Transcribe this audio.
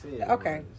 Okay